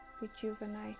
rejuvenate